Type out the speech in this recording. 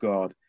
God